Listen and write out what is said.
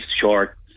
short